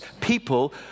people